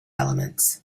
elements